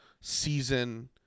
season